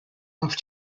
love